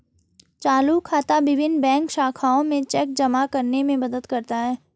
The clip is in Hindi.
चालू खाता विभिन्न बैंक शाखाओं में चेक जमा करने में मदद करता है